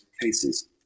cases